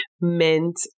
mint